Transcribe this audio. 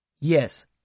Yes